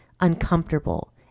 uncomfortable